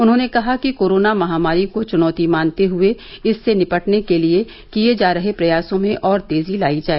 उन्होंने कहा कि कोरोना महामारी को चुनौती मानते हुए इससे निपटने के लिए किए जा रहे प्रयासों में और तेजी लायी जाए